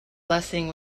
blessing